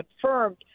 confirmed